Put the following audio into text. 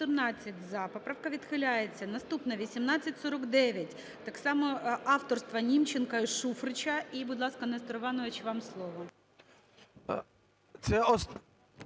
За-14 Поправка відхиляється. Наступна – 1849, так само авторства Німченка і Шуфрича. І, будь ласка, Несторе Івановичу, вам слово.